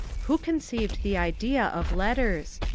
who conceived the idea of letters?